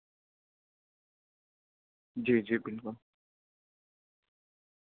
جی جی بالکل